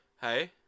Hey